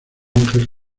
ángel